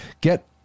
Get